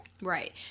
Right